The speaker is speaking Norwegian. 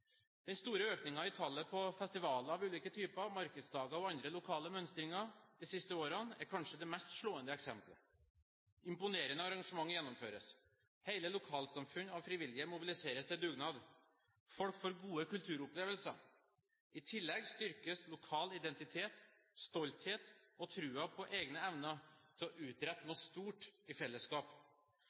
Den store økningen i tallet på festivaler av ulike typer, markedsdager og andre lokale mønstringer de siste årene er kanskje det mest slående eksempelet. Imponerende arrangementer gjennomføres. Hele lokalsamfunn av frivillige mobiliseres til dugnad. Folk får gode kulturopplevelser. I tillegg styrkes lokal identitet, stolthet og troen på egne evner til å utrette noe stort i fellesskap.